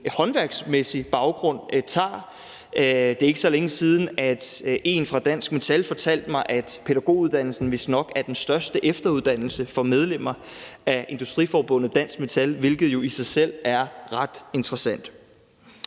håndværksmæssig baggrund tager. Det er ikke så længe siden, at en fra Dansk Metal fortalte mig, at pædagoguddannelsen vistnok er den største efteruddannelse for medlemmer af industriforbundet Dansk Metal, hvilket jo i sig selv er ret interessant.